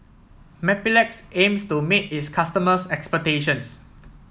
Mepilex aims to meet its customers' expectations